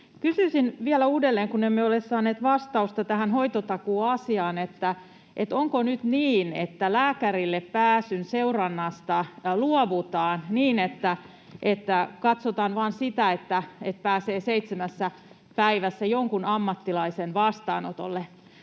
Kysyisin vielä uudelleen, kun emme ole saaneet vastausta tähän hoitotakuuasiaan. Onko nyt niin, että lääkärille pääsyn seurannasta luovutaan niin, että katsotaan vain sitä, että pääsee seitsemässä päivässä jonkun ammattilaisen vastaanotolle?